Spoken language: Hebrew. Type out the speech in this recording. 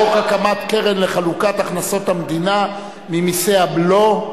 חוק הקמת קרן לחלוקת הכנסות המדינה ממסי הבלו,